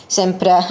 sempre